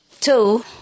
Two